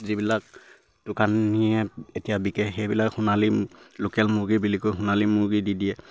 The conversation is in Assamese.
যিবিলাক দোকানীয়ে এতিয়া বিকে সেইবিলাক সোণালী লোকেল মুৰ্গী বুলি কৈ সোণালী মুৰ্গী দি দিয়ে